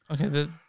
Okay